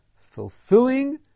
fulfilling